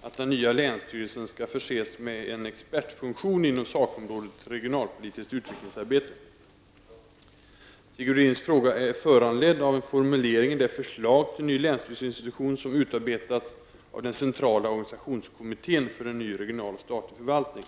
att den nya länsstyrelsen skall förses med en expertfunktion inom sakområdet regionalpolitiskt utvecklingsarbete. Sigge Godins fråga är föranledd av en formulering i det förslag till ny länsstyrelseinstruktion som utarbetats av den centrala organisationskommittén för en ny regional statlig förvaltning.